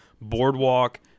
Boardwalk